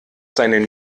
seinen